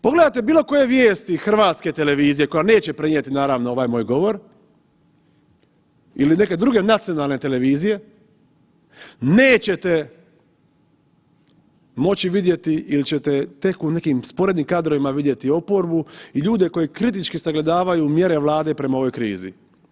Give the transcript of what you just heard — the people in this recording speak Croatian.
Pogledajte bilo koje vijesti HRT-a koja neće prenijeti naravno ovaj moj govor ili neke druge nacionalne televizije, nećete moći vidjeti ili ćete tek u nekim sporednim kadrovima vidjeti oporbu i ljude koji kritički sagledavaju mjere Vlade prema ovoj krizi.